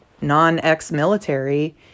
non-ex-military